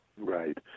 Right